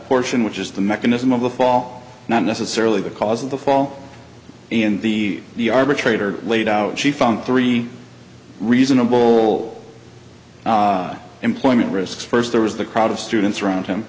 portion which is the mechanism of the fall not necessarily the cause of the fall in the the arbitrator laid out she found three reasonable employment risks first there was the crowd of students around him